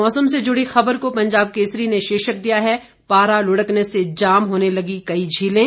मौसम से जुड़ी खबर को पंजाब केसरी ने शीर्षक दिया है पारा लुढ़कने से जाम होने लगी कई झीलें